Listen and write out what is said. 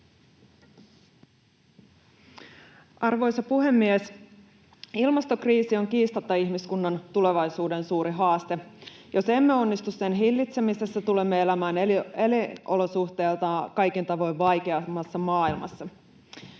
Arvoisa puhemies! Ilmastokriisi on kiistatta ihmiskunnan tulevaisuuden suuri haaste. Jos emme onnistu sen hillitsemisessä, tulemme elämään elinolosuhteiltaan kaikin tavoin vaikeammassa maailmassa.